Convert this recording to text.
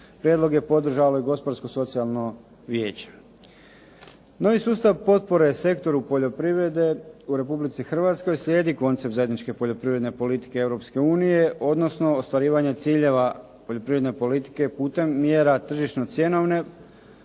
Prijedlog je podržalo i Gospodarsko socijalno vijeće. Novi sustav potpore sektoru poljoprivrede u Republici Hrvatskoj slijedi …/Govornik se ne razumije./… zajedničke poljoprivredne politike Europske unije, odnosno ostvarivanje ciljeva poljoprivredne politike putem mjera tržišno cjenovne,